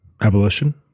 Abolition